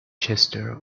chester